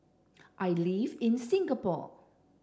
I live in Singapore